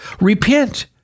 Repent